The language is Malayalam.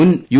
മുൻ യു